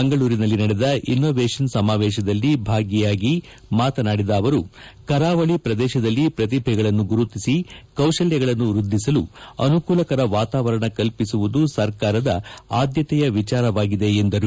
ಮಂಗಳೂರಿನಲ್ಲಿ ನಡೆದ ಇನ್ನೋವೇಷನ್ ಸಮಾವೇಶದಲ್ಲಿ ಭಾಗಿಯಾಗಿ ಮಾತನಾದಿದ ಅವರು ಕರಾವಳಿ ಪ್ರದೇಶದಲ್ಲಿ ಪ್ರತಿಭೆಗಳನ್ನು ಪ್ರೋತ್ಸಾಹಿಸಿ ಕೌಶಲ್ಯಗಳನ್ನು ವೃದ್ದಿಸಲು ಅನುಕೂಲಕರ ವಾತಾವರಣ ಕಲ್ಪಿಸುವುದು ಸರ್ಕಾರದ ಆದ್ಯತೆಯ ವಿಚಾರವಾಗಿದೆ ಎಂದರು